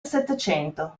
settecento